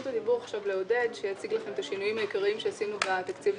עודד שפירר יציג לכם עכשיו את השינויים העיקריים שעשינו בתקציב,